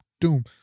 doom